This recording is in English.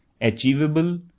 achievable